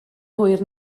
hwyr